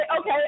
okay